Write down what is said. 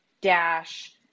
Dash